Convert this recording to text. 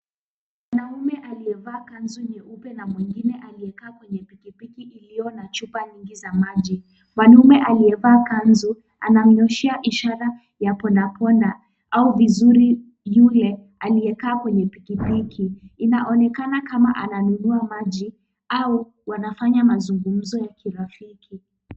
Mwanaume aliyevaa kanzu nyeupe na mwingine aliyekaa kwenye pikipiki iliyo na chupa nyingi za maji. Mwanaume aliyevaa kanzu anamnyoshea ishara ya pondaponda au vizuri yule aliyekaa kwenye pikipiki, inaonekana kama ananunua maji au wanafanya mazungumzo ya kirafiki.